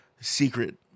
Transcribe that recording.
secret